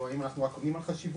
או האם אנחנו רק עונים על חשיבות,